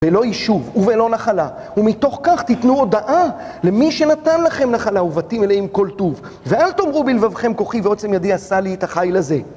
בלא יישוב, ובלא נחלה, ומתוך כך תיתנו הודאה למי שנתן לכם נחלה, ובתים מלאים כל טוב. ואל תאמרו בלבבכם, כוחי ועוצם ידי עשה לי את החיל הזה.